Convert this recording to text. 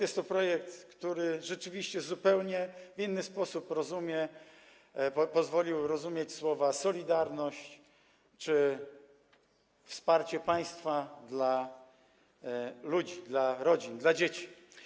Jest to projekt, który rzeczywiście zupełnie w inny sposób pozwolił rozumieć słowa „solidarność” czy „wsparcie państwa” dla ludzi, dla rodzin, dla dzieci.